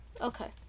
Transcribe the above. Okay